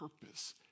purpose